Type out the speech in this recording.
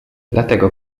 dlatego